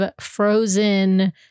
frozen